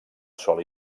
sol